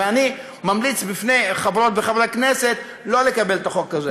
ואני ממליץ בפני חברות וחברי הכנסת לא לקבל את החוק הזה.